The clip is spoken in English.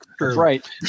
Right